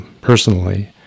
personally